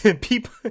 People